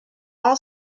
all